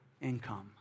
income